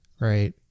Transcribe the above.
Right